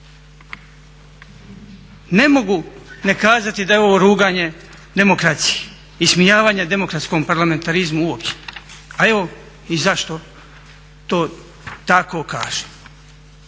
Ne mogu ne kazati da je ovo ruganje demokraciji, ismijavanje demokratskom parlamentarizmu uopće, a evo i zašto to tako kažem.